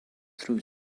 through